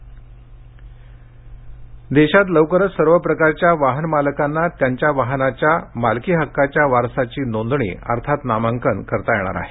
motor वाहनकायदा बदल देशात लवकरच सर्व प्रकारच्या वाहन मालकांना त्यांच्या वाहनाच्या मालकी हक्काच्या वारसाची नोंदणी अर्थात नामांकन करता येणार आहे